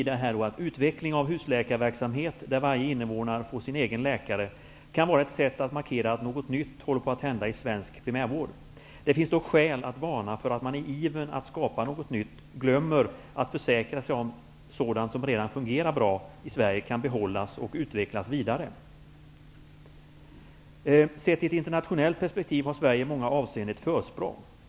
Där står: ''Utveckling av husläkarverksamhet där varje invånare får sin egen läkare kan vara ett sätt att markera att något nytt håller på att hända i svensk primärvård. Det finns dock skäl att varna för att man i ivern att skapa något nytt, glömmer att försäkra sig om att sådant som redan fungerar bra i Sverige kan behållas och utvecklas vidare. Sett i ett internationellt perspektiv har Sverige i många avseenden ett försprång.